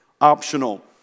optional